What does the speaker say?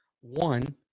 One